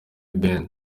ben